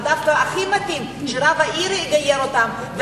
ודווקא הכי מתאים שרב העיר יגייר אותם,